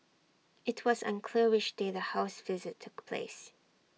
IT was unclear which day the house visit took place